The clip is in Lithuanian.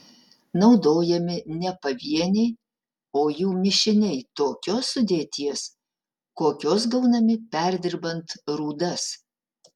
naudojami ne pavieniai o jų mišiniai tokios sudėties kokios gaunami perdirbant rūdas